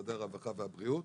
משרדי הרווחה והבריאות,